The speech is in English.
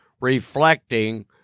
reflecting